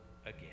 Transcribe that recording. Again